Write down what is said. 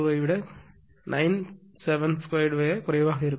972 விட குறைவாக இருக்கும்